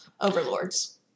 overlords